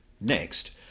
Next